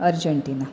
Argentina